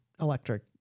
electric